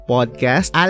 Podcast